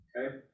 Okay